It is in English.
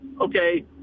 okay